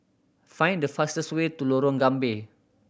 find the fastest way to Lorong Gambir